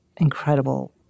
incredible